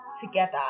together